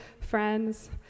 friends